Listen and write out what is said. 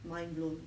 mind blown